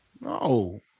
No